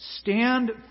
Stand